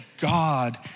God